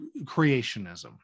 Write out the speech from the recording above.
creationism